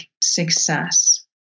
success